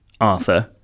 Arthur